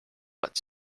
but